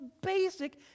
basic